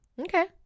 Okay